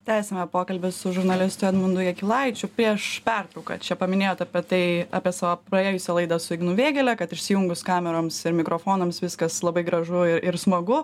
tęsiame pokalbį su žurnalistu edmundu jakilaičiu prieš pertrauką čia paminėjot apie tai apie savo praėjusią laidą su ignu vėgėle kad išsijungus kameroms ir mikrofonams viskas labai gražu ir smagu